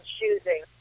choosing